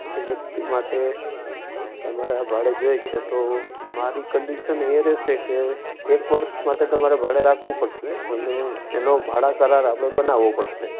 બે વ્યક્તિ માટે તમારે ભાડે જોઈએ છે તો મારી કન્ડિશન એ રહશે કે એક વર્ષ માટે તમારે ભાડે રાખવું પડશે અને એનો ભાડા કરાર આપણે બનાવો પડશે